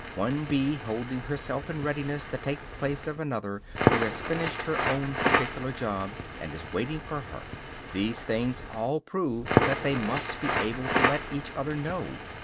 one bee holding herself in readiness to take the place of another who has finished her own particular job and is waiting for her these things all prove that they must be able to let each other know.